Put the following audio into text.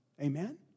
Amen